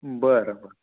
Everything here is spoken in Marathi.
बरं बरं